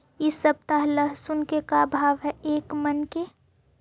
इ सप्ताह लहसुन के का भाव है एक मन के?